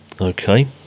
okay